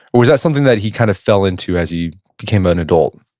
or was that something that he kind of fell into as he became ah an adult?